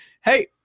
hey